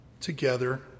together